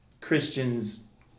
Christians